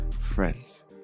friends